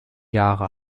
jahre